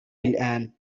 الآن